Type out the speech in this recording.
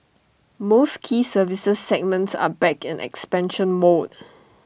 most key services segments are back in expansion mode